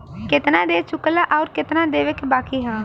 केतना दे चुकला आउर केतना देवे के बाकी हौ